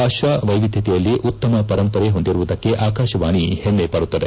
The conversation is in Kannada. ಭಾಷಾ ವೈವಿಧ್ಯತೆಯಲ್ಲಿ ಉತ್ತಮ ಪರಂಪರೆ ಹೊಂದಿರುವುದಕ್ಕೆ ಆಕಾಶವಾಣಿ ಹೆಮ್ಮಪಡುತ್ತದೆ